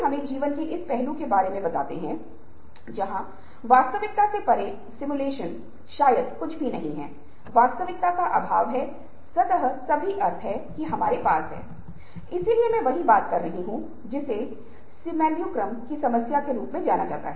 अपने जीवन के हर पहलू या अपनी समस्या के लिए विचार करे और हमेशा पूछते रहे कि यह कैसे बेहतर किया जा सकता है